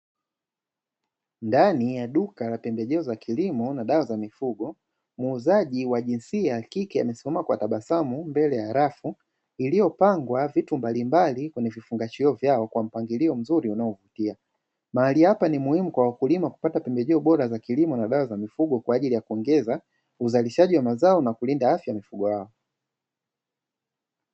Ndani ya duka la pembejeo za kilimo na dawa za mifugo, muuzaji wa jinsia ya kike amesimama kwa tabasamu mbele ya rafu iliyopangwa vitu mbalimbali kwenye vifungashio vyao kwa mpangilio mzuri unaovutia. Mahali hapa ni muhimu kwa wakulima kupata pembejeo bora za kilimo na dawa za mifugo, kwa ajili ya kuongeza uzalishaji wa mazao, na kulinda afya ya mifugo yao.